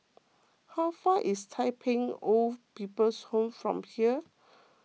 how far is Tai Pei Old People's Home from here